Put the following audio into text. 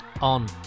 on